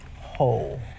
whole